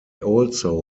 also